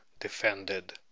defended